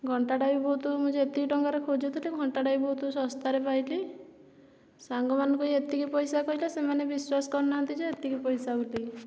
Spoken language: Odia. ଘଣ୍ଟାଟା ବି ବହୁତ ମୁଁ ଯେତିକି ଟଙ୍କାରେ ଖୋଜୁଥିଲି ଘଣ୍ଟାଟା ବି ବହୁତ ଶସ୍ତାରେ ପାଇଲି ସାଙ୍ଗମାନଙ୍କୁ ଏତିକି ପଇସା କହିଲେ ସେମାନେ ବିଶ୍ୱାସ କରୁନାହାଁନ୍ତି ଯେ ଏତିକି ପଇସା ବୋଲି